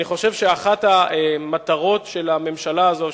אני חושב שאחת המטרות של הממשלה הזאת,